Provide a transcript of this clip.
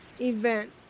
event